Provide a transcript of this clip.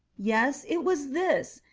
yes, it was this!